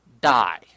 die